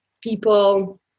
people